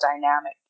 dynamic